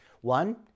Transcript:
One